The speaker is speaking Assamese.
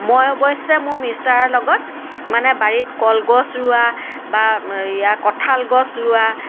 মই অৱশ্যে মোৰ মিষ্টাৰৰ লগত মানে বাৰীত কলগছ ৰুৱা বা এইয়া কঠাল গছ ৰুৱা